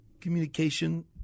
communication